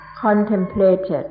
contemplated